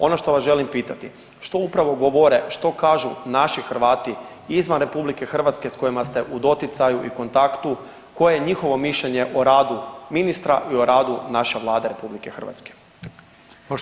Ono što vas želim pitati, što upravo govore, što kažu naši Hrvati izvan RH s kojima ste u doticaju i kontaktu, koje je njihovo mišljenje o radu ministra i o radu naše Vlade RH?